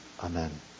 Amen